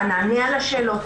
"אנא ענה על השאלות",